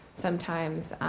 sometimes